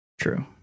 True